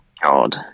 God